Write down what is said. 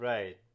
Right